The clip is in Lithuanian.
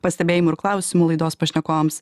pastebėjimų ir klausimų laidos pašnekovams